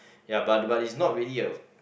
ya but but is not really a